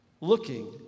looking